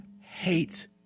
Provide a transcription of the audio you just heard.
hate